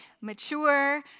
mature